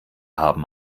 haben